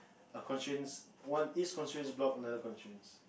a constraints one is constraints block another constraints